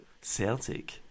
Celtic